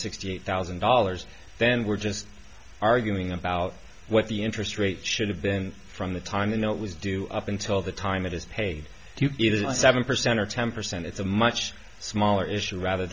sixty eight thousand dollars then we're just arguing about what the interest rate should have been from the time in the it was due up until the time it is paid it is seven percent or ten percent it's a much smaller issue rather